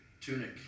Tunic